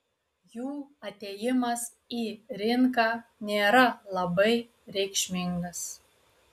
jų atėjimas į rinką nėra labai reikšmingas